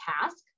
task